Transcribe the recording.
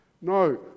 No